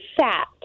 fat